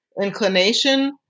inclination